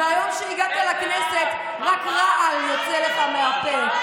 מהיום שהגעת לכנסת רק רעל יוצא לך מהפה.